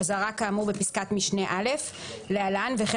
אזהרה כאמור בפסקת משנה (א) להלן וכן